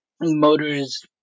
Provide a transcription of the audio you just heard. motors